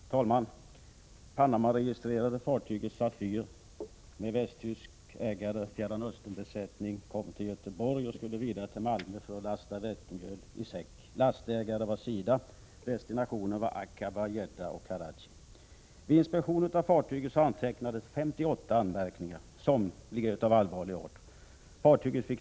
Herr talman! Panamaregistrerade fartyget Safir med västtysk ägare och Fjärran Östern-besättning kom till Göteborg och skulle vidare till Malmö för att lasta vetemjöl i säck. Lastägaren var SIDA. Destinationen var Aqabah, Jidda och Karachi.